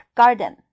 garden